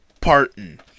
Parton